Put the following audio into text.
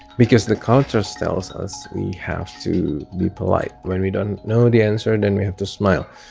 because the cultures tells us we have to be polite. when we don't know the answer, then we have to smile.